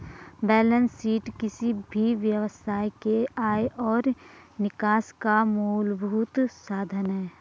balance sheet किसी भी व्यवसाय के आय और निकास का मूलभूत साधन है